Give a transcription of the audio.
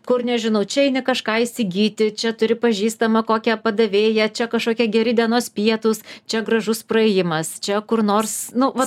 kur nežinau čia eini kažką įsigyti čia turi pažįstamą kokią padavėją čia kažkokie geri dienos pietūs čia gražus praėjimas čia kur nors nu va